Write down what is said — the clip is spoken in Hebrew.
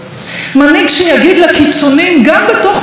מנהיג שיגיד לקיצונים גם בתוך מפלגתו,